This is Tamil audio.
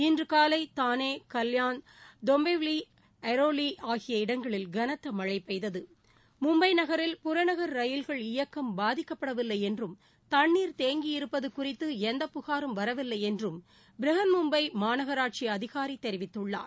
இன்று காலை தானே கல்யாண் டொம்பிவில் ஹைரோலி ஆகிய இடங்களில் கனத்த மழழ பெய்தது மும்பை நகரில் புறநகர் ரயில்கள் இயக்கம் பாதிக்கப்படவில்லை என்றும் தண்ணீர் தேங்கியிருப்பது குறித்து எந்த புகாரும் வரவில்லை என்றும் பிரிஹன் மும்பை மாநகராட்சி அதிகாரி தெரிவித்துள்ளார்